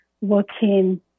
working